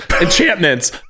Enchantments